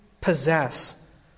possess